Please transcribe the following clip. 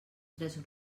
tres